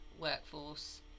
workforce